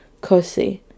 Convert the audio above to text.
Kosi